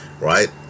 right